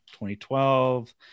2012